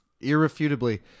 Irrefutably